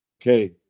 okay